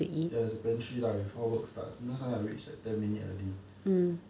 ya there is a pantry lah before work starts you know sometime I reach like ten minute early